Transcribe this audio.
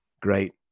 Great